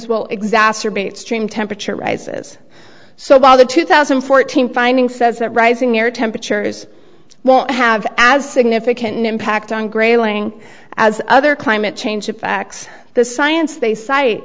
will exacerbate stream temperature rises so while the two thousand and fourteen finding says that rising air temperatures won't have as significant an impact on grayling as other climate change facts the science they cite